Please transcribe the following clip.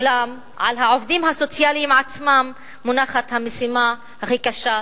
אולם על העובדים הסוציאליים עצמם מונחת המשימה הכי קשה,